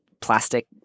plastic